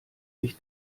sich